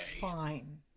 Fine